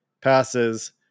passes